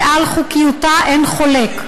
שעל חוקיותה אין חולק.